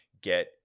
get